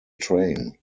train